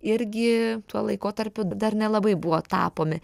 irgi tuo laikotarpiu dar nelabai buvo tapomi